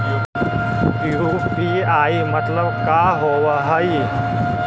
UPI मतलब का होब हइ?